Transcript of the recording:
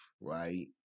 right